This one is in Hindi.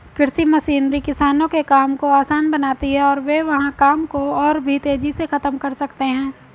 कृषि मशीनरी किसानों के काम को आसान बनाती है और वे वहां काम को और भी तेजी से खत्म कर सकते हैं